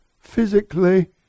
physically